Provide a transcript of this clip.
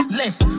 left